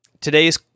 today's